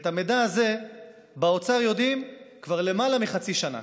ואת המידע הזה יודעים באוצר כבר למעלה מחצי שנה,